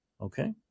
Okay